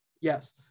Yes